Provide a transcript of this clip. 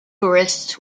tourists